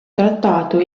trattato